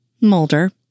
Mulder